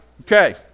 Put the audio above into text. Okay